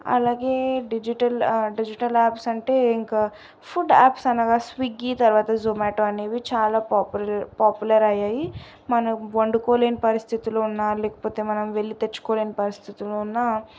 అలాగే digital digital apps అంటే ఇంకా ఫుడ్ యాప్స్ అనగా స్విగ్గీ తర్వాత జొమాటో అనేవి చాలా పాపులర్ పాపులర్ అయ్యాయి మనం వండుకోలేని పరిస్థితిలో ఉన్నా లేకపోతే మనం వెళ్ళి తెచ్చుకోలేని పరిస్థితిలో ఉన్నా